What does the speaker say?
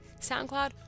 SoundCloud